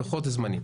לוחות זמנים.